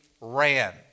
ran